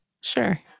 Sure